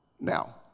Now